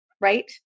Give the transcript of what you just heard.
right